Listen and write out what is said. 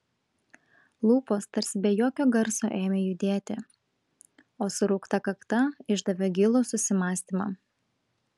lūpos tarsi be jokio garso ėmė judėti o suraukta kakta išdavė gilų susimąstymą